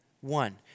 One